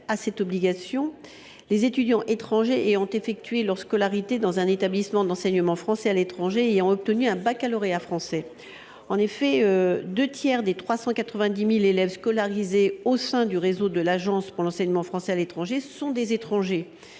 nous débattons les étudiants étrangers ayant effectué leur scolarité dans un établissement d’enseignement français à l’étranger et obtenu un baccalauréat français. En effet, deux tiers des 390 000 élèves scolarisés au sein du réseau de l’Agence pour l’enseignement français à l’étranger (AEFE) sont des étrangers,